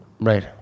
Right